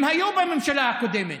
הם היו בממשלה הקודמת,